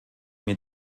mir